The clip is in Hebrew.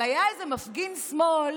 היה איזה מפגין שמאל